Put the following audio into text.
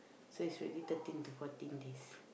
so it's already thirteen to fourteen days